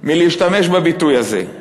בשימוש בביטוי הזה,